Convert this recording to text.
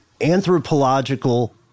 anthropological